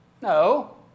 No